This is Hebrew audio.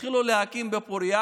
התחילו להקים בפוריה,